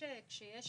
כשיש